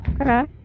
Okay